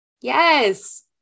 yes